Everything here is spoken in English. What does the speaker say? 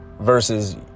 Versus